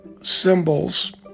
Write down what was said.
symbols